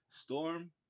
Storm